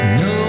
no